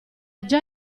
già